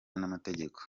n’amategeko